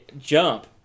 jump